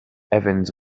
evans